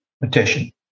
petition